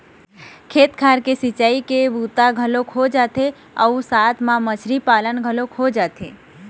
खेत खार के सिंचई के बूता घलोक हो जाथे अउ साथ म मछरी पालन घलोक हो जाथे